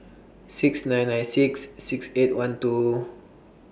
six nine nine six six eight one two